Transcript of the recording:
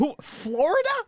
Florida